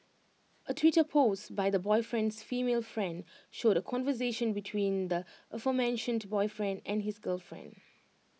A Twitter post by the boyfriend's female friend showed A conversation between the aforementioned boyfriend and his girlfriend